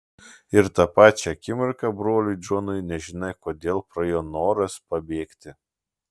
ir tą pačią akimirką broliui džonui nežinia kodėl praėjo noras pabėgti